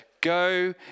Go